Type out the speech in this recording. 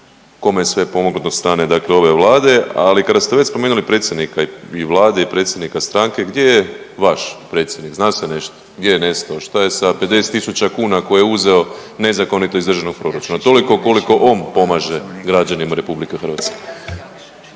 je sve pomoglo od strane ove Vlade. Ali kad ste već spomenuli predsjednika i Vlade i predsjednika stranke, gdje je vaš predsjednik, zna se nešto? Gdje je nestao? Šta je sa 50.000 kuna koje je uzeo nezakonito iz državnog proračuna? Toliko koliko on pomaže građanima RH.